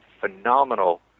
phenomenal